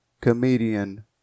Comedian